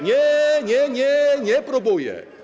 Nie, nie, nie - nie próbuje.